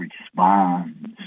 responds